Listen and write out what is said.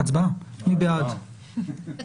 הצבעה אושר פה אחד